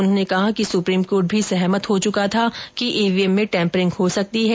उन्होंने कहा कि सुप्रीम कोर्ट भी सहमत हो चुका था कि ईवीएम में टेम्परिंग हो सकती है